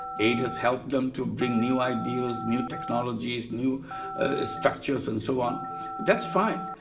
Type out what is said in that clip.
aid has helped them to bring new ideas, new technologies, new ah structures and so on that's fine.